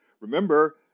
Remember